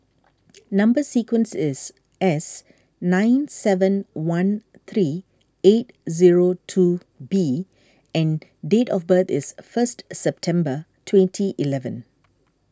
Number Sequence is S nine seven one three eight zero two B and date of birth is first September twenty eleven